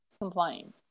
Complain